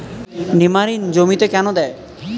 নিমারিন জমিতে কেন দেয়?